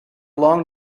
long